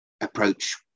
approach